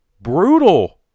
Brutal